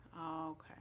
Okay